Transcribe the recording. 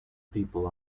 people